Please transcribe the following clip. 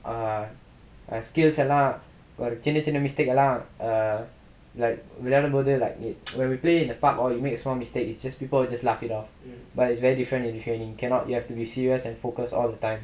err skills எல்லாம் ஒரு சின்ன சின்ன:ellaam oru chinna chinna mistake lah err like விளையாடும் போது:vilaadum pothu like when we play in the park oh we make small mistakes it's just people will just laugh it off but it's very different in training cannot you have to be serious and focused all the time